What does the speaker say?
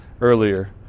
earlier